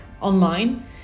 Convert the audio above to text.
online